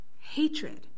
hatred